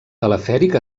telefèric